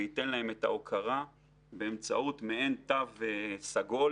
וייתן להם את ההוקרה באמצעות מעין תו סגול